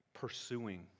pursuing